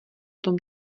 tom